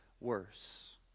worse